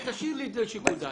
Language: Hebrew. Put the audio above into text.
תשאיר לי את זה לשיקול דעת.